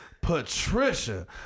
Patricia